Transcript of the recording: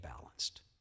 balanced